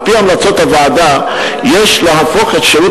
על-פי המלצות הוועדה יש להפוך את שירות